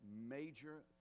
major